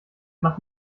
macht